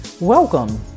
Welcome